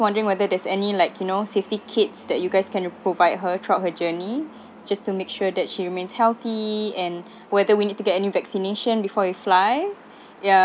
wondering whether there's any like know safety kits that you guys can provide her throughout her journey just to make sure that she remains healthy and whether we need to get any vaccination before you fly